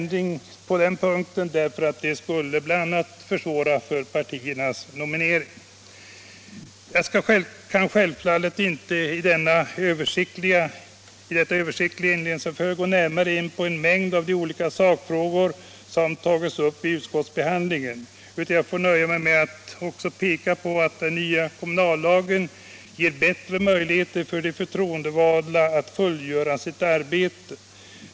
Det skulle försvåra partiernas nominering. Jag kan självfallet inte i detta översiktliga inledningsanförande gå närmare in på den mängd av olika sakfrågor som har tagits upp vid utskottsbehandlingen utan får här nöja mig med att också peka på att den nya kommunallagen ger bättre möjligheter för de förtroendevalda att fullgöra sitt arbete.